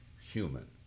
human